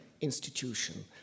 institution